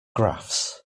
graphs